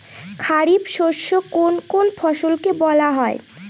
খারিফ শস্য কোন কোন ফসলকে বলা হয়?